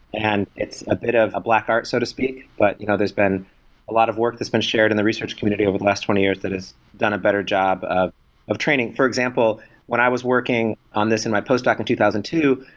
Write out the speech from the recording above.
and it's a bit of a black art so to speak, but you know there's been a lot of work that's been shared in the research community over the last twenty years that has done a better job of of training. for example, when i was working on this in my post-doc in two thousand and two,